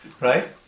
right